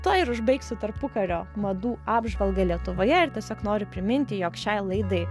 tuo ir užbaigsiu tarpukario madų apžvalgą lietuvoje ir tiesiog noriu priminti jog šiai laidai